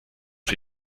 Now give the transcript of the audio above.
für